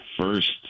First